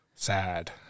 Sad